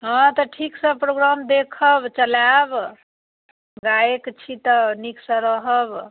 हँ तऽ ठीकसँ प्रोग्राम देखब चलायब गायक छी तऽ नीकसँ रहब